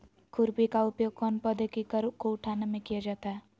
खुरपी का उपयोग कौन पौधे की कर को उठाने में किया जाता है?